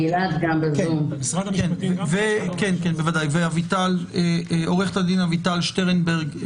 נמצאים גם עורכת הדין אביטל שטרנברג,